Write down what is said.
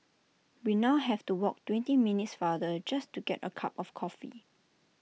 we now have to walk twenty minutes farther just to get A cup of coffee